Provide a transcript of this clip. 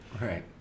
Right